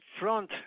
front